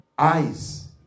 Eyes